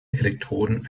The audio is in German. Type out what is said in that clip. elektroden